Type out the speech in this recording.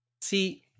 See